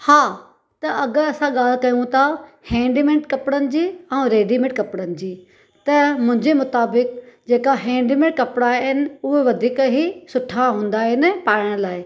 हा त अगरि असां ॻाल्हि कयूं था हैंडमेड कपिड़नि जी ऐं रेडीमेड कपिड़नि जी त मुंहिंजे मुताबिक़ जेका हैंडमेड कपिड़ा आहिनि उहा वधीक ई सुठा हूंदा आहिनि पाइण लाइ